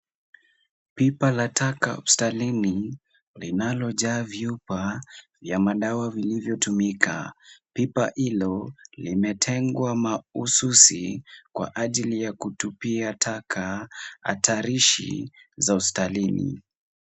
Pipa la taka hospitalini linalojaa chupa za madawa zilizotumika. Pipa hilo, limetengwa mahususi kwa ajili ya kutupia taka hatarishi za hospitalini.